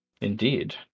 Indeed